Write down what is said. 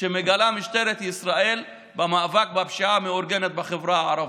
שמגלה משטרת ישראל במאבק בפשיעה המאורגנת בחברה הערבית?